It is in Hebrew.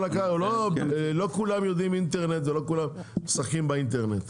לא כולם מכירים אינטרנט ולא כולם משחקים באינטרנט.